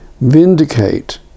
vindicate